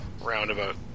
roundabout